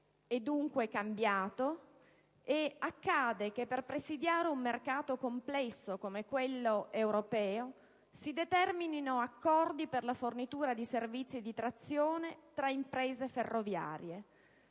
è dunque cambiato ed accade che per presidiare un mercato complesso come quello europeo si determinino accordi per la fornitura di servizi di trazione tra imprese ferroviarie: